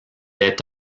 est